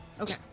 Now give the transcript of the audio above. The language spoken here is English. Okay